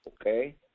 okay